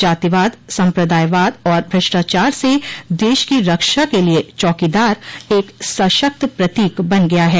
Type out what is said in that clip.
जातिवाद संप्रदायवाद और भ्रष्टाचार से देश की रक्षा के लिये चौकीदार एक सशक्त प्रतीक बन गया है